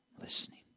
Listening